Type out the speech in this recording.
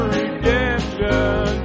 redemption